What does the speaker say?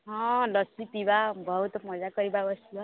ହଁ ଲସି ପିଇବା ବହୁତ ମଜା କରିବା ବସିବା